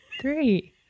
three